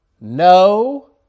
No